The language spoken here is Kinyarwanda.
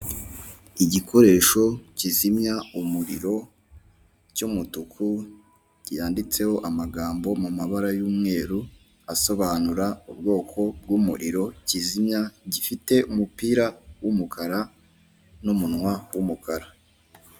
Igikoresho kizimya umuriro cy'umutuku cyanditseho amagambo mu mabara y'umweru asobanura ubwoko bw'umuriro kizimya, gifite umupira w'umukara n'umunwa w'umukara.